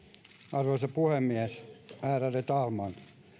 arvoisa puhemies ärade talman